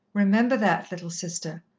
remember that, little sister.